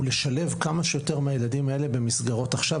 לשלב כמה שיותר מהילדים האלה במסגרות עכשיו.